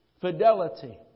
Fidelity